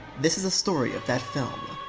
this is the story of that film,